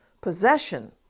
possession